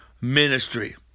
ministry